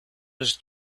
his